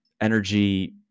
energy